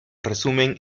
resumen